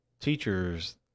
teachers